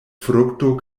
frukto